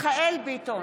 מיכאל מרדכי ביטון,